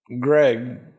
Greg